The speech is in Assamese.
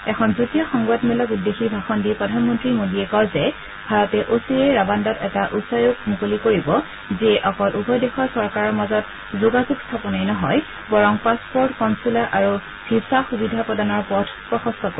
এখন যুটীয়া সংবাদমেলক উদ্দেশ্যি ভাষণ দি প্ৰধানমন্ত্ৰী মোদীয়ে কয় যে ভাৰতে অচিৰেই ৰাৱাণ্ডাত এটা উচ্চায়োগ মুকলি কৰিব যিয়ে অকল উভয় দেশৰ চৰকাৰৰ মাজত যোগাযোগ স্থাপনেই নহয় বৰং পাছপৰ্ট কনচূলাৰ আৰু ভিছা সুবিধা প্ৰদানৰ পথ প্ৰশস্ত কৰিব